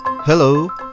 Hello